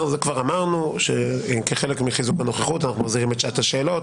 אמרנו שכחלק מחיזוק הנוכחות אנחנו מחזירים את שעת השאלות.